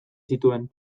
zituen